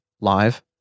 live